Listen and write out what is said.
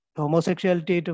homosexuality